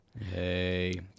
Hey